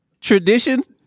Traditions